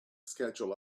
schedule